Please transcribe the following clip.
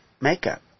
makeup